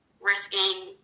risking